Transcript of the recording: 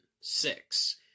six